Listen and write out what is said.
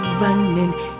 running